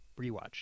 rewatch